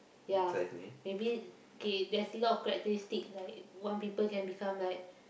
ya maybe okay there's a lot of characteristic like one people can become like